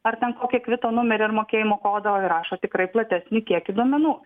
ar ten kokį kvito numerį ar mokėjimo kodą o įrašo tikrai platesnį kiekį duomenų